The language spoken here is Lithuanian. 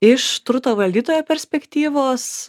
iš turto valdytojo perspektyvos